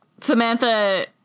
Samantha